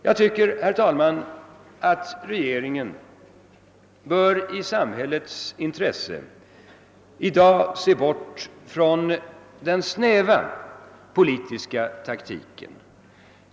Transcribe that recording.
Jag tycker, herr talman, att regeringen bör i samhällets intresse i dag se bort från den snäva politiska taktiken.